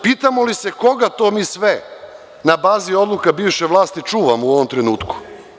Pitamo li se koga to mi sve na bazi odluka bivše vlasti čuvamo u ovom trenutku?